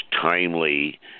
timely